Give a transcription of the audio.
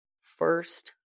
first